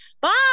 Bye